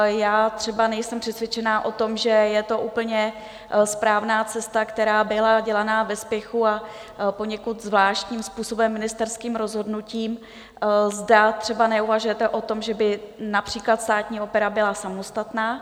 Já třeba nejsem přesvědčena o tom, že je to úplně správná cesta, která byla dělaná ve spěchu a poněkud zvláštním způsobem ministerským rozhodnutím zda třeba neuvažujete o tom, že by například Státní opera byla samostatná.